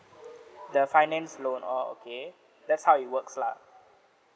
the finance loan okay that's how it works lah